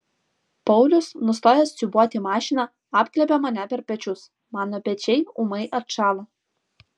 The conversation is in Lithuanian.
paulius nustojęs siūbuoti mašiną apglėbia mane per pečius mano pečiai ūmai atšąla